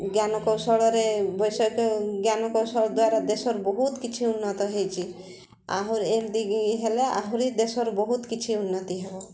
ଜ୍ଞାନକୌଶଳରେ ବୈଷୟିକ ଜ୍ଞାନକୌଶଳ ଦ୍ୱାରା ଦେଶର ବହୁତ କିଛି ଉନ୍ନତ ହେଇଛି ଆହୁରି ଏମିତି କି ହେଲା ଆହୁରି ଦେଶର ବହୁତ କିଛି ଉନ୍ନତି ହେବ